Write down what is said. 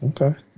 okay